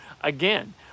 again